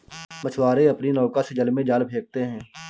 मछुआरे अपनी नौका से जल में जाल फेंकते हैं